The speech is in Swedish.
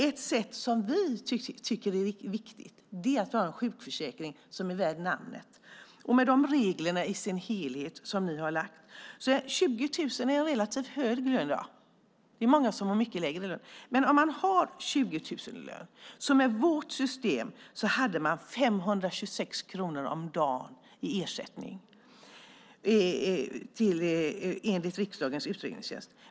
Ett sätt som vi tycker är viktigt är att man har en sjukförsäkring som är värd namnet. När det gäller de regler som ni har lagt fram förslag om är 20 000 kronor en relativt hög lön i dag. Det är många som har mycket lägre lön. Men om man har 20 000 kronor i lön hade man med vårt system fått 526 kronor om dagen i ersättning - enligt riksdagens utredningstjänst.